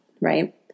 right